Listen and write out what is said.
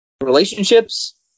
relationships